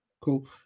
Cool